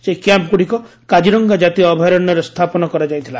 ସେହି କ୍ୟାମ୍ପଗୁଡ଼ିକ କାଜିରଙ୍ଗା ଜାତୀୟ ଅଭୟାରଣ୍ୟରେ ସ୍ଥାପନ କରାଯାଇଥିଲା